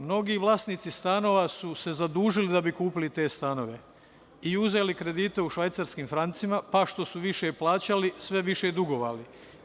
Mnogi vlasnici stanova su se zadužili da bi kupili te stanove i uzeli kredite u švajcarskim francima, pa što su više plaćali sve više su dugovali.